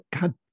God